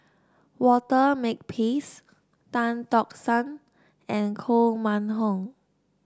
Walter Makepeace Tan Tock San and Koh Mun Hong